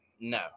no